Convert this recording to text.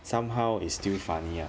somehow it's still funny lah